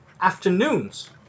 afternoon's